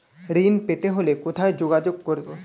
ঋণ পেতে হলে কোথায় যোগাযোগ করব?